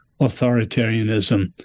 authoritarianism